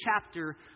chapter